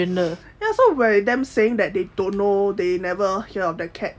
ya so them saying that they don't know they never hear of the cat